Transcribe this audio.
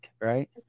right